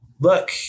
look